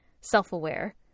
self-aware